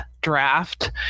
draft